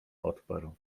odparł